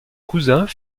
cousins